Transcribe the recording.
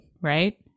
right